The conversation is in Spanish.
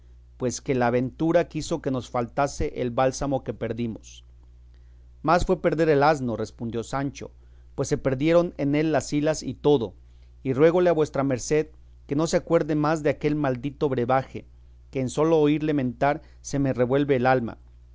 pues que la ventura quiso que nos faltase el bálsamo que perdimos más fue perder el asno respondió sancho pues se perdieron en él las hilas y todo y ruégole a vuestra merced que no se acuerde más de aquel maldito brebaje que en sólo oírle mentar se me revuelve el alma